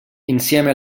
insieme